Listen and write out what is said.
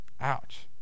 Ouch